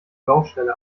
baustelle